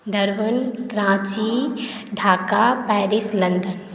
Durban Karachi Dhaka Paris London